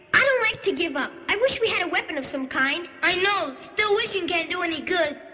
i don't like to give up. i wish we had a weapon of some kind. i know. still, wishing can't do any good.